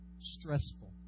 stressful